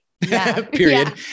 period